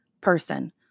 person